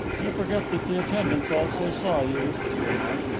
you forget that the attendants also saw you, he remarked.